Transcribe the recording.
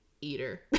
eater